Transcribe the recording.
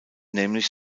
nämlich